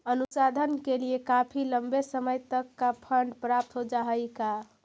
अनुसंधान के लिए काफी लंबे समय तक का फंड प्राप्त हो जा हई का